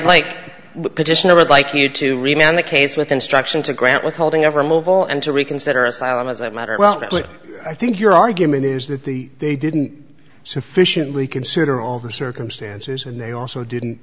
i'd like you to remain on the case with instruction to grant withholding of remove all and to reconsider asylum as a matter well i think your argument is that the they didn't sufficiently consider all the circumstances and they also didn't